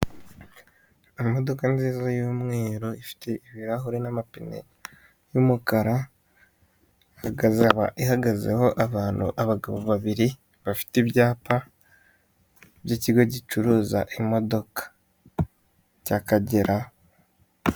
Imodoka nziza y'umweru ifite ibarahure n'amapine y'umukara ihagazeho abantu abagabo babiri bafite ibyapa by'ikigo gicuruza imodoka cyAkagera.